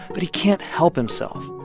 but he can't help himself.